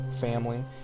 family